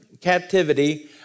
captivity